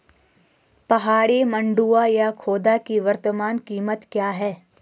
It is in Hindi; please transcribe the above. पहाड़ी मंडुवा या खोदा की वर्तमान कीमत क्या है?